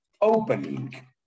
opening